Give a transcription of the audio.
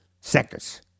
seconds